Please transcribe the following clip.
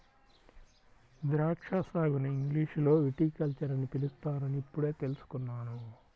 ద్రాక్షా సాగుని ఇంగ్లీషులో విటికల్చర్ అని పిలుస్తారని ఇప్పుడే తెల్సుకున్నాను